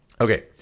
Okay